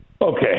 Okay